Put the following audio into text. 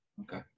Okay